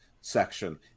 section